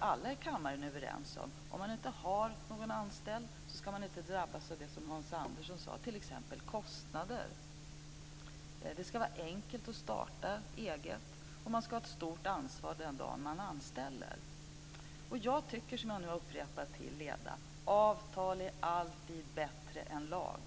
alla här i kammaren är överens om, nämligen att den som inte har någon anställd inte ska drabbas av det som Hans Andersson sade, t.ex. kostnader. Det ska vara enkelt att starta eget, och man ska ha ett stort ansvar den dag man anställer. Jag tycker, som jag nu har upprepat till leda, att avtal alltid är bättre än lag.